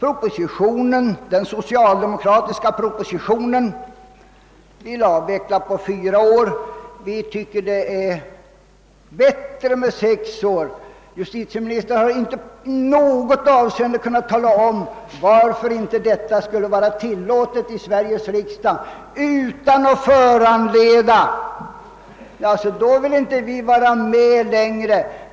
Enligt den socialdemokratiska propositionen skall avvecklingen ske på fyra år, men vi tycker att det är bättre att avvecklingstiden blir sex år.» Justitieministern har inte i något avseende kunnat tala om, varför vi inte skulle kunna få göra sådana uttalanden i Sveriges riksdag utan att det från regeringssidan sägs: »Ja, då vill inte vi vara med längre.